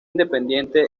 independiente